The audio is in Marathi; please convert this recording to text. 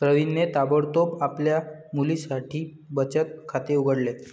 प्रवीणने ताबडतोब आपल्या मुलीसाठी बचत खाते उघडले